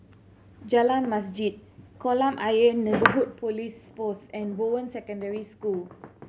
Jalan Masjid Kolam Ayer Neighbourhood Police Post and Bowen Secondary School